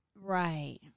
Right